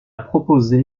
proposé